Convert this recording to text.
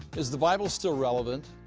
is the bible still relevant?